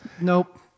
Nope